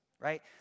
right